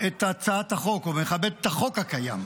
את הצעת החוק ומכבדת את החוק הקיים.